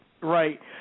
right